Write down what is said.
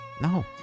No